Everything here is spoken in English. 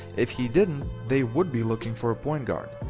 if he didn't they would be looking for a point guard,